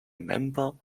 member